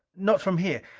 not from here.